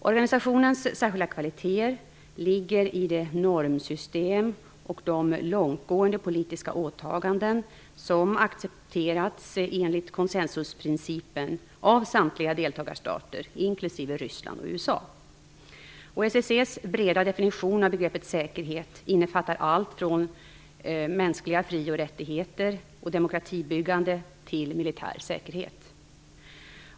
Organisationens särskilda kvalitéer ligger i det normsystem och de långtgående politiska åtaganden som accepterats, enligt konsensusprincipen, av samtliga deltagarstater, inklusive Ryssland och USA. OSSE:s breda definition av begreppet säkerhet innefattar allt ifrån mänskliga fri och rättigheter och demokratibyggande till militär säkerhet.